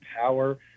power